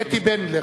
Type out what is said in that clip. אתי בנדלר,